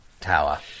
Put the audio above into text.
tower